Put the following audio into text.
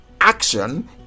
action